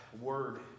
word